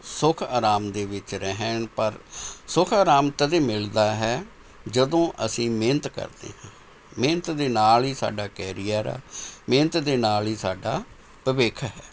ਸੁੱਖ ਆਰਾਮ ਦੇ ਵਿੱਚ ਰਹਿਣ ਪਰ ਸੁੱਖ ਆਰਾਮ ਤਦ ਮਿਲਦਾ ਹੈ ਜਦੋਂ ਅਸੀਂ ਮਿਹਨਤ ਕਰਦੇ ਹਾਂ ਮਿਹਨਤ ਦੇ ਨਾਲ਼ ਹੀ ਸਾਡਾ ਕੈਰੀਅਰ ਆ ਮਿਹਨਤ ਦੇ ਨਾਲ਼ ਹੀ ਸਾਡਾ ਭਵਿੱਖ ਹੈ